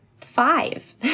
five